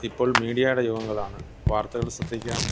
ഇപ്പോൾ മീഡിയയുടെ യുഗങ്ങളാണ് വാർത്തകൾ ശ്രദ്ധിക്കാൻ